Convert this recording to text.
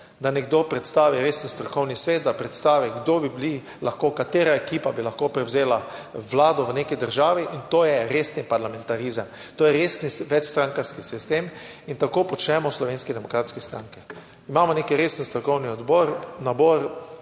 da nekdo predstavi resen strokovni svet, da predstavi, kdo bi bili lahko, katera ekipa bi lahko prevzela vlado v neki državi in to je resen parlamentarizem, to je resen večstrankarski sistem in tako počnemo v Slovenski demokratski stranki. Imamo nek resen strokovni odbor, nabor